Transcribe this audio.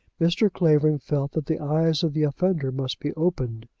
mr. clavering felt that the eyes of the offender must be opened.